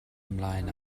ymlaen